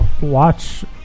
watch